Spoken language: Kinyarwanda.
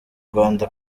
rwanda